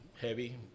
heavy